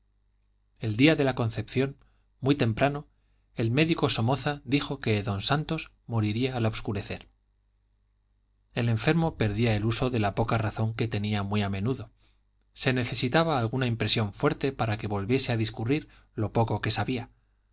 el día de la concepción muy temprano el médico somoza dijo que don santos moriría al obscurecer el enfermo perdía el uso de la poca razón que tenía muy a menudo se necesitaba alguna impresión fuerte para que volviese a discurrir lo poco que sabía